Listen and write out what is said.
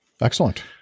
excellent